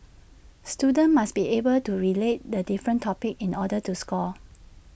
students must be able to relate the different topics in order to score